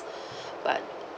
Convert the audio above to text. but